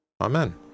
Amen